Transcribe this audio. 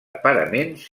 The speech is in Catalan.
paraments